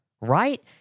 Right